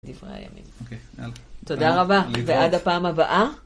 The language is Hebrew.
דברי הימים... אוקיי, אהלן. תודה רבה ועד הפעם הבאה.